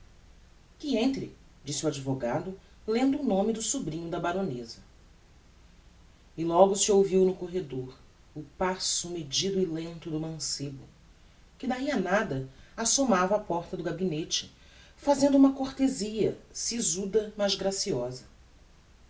que entre disse o advogado lendo o nome do sobrinho da baroneza e logo se ouviu no corredor o passo medido e lento do mancebo que d'ahi a nada assomava á porta do gabinete fazendo uma cortezia sisuda mas graciosa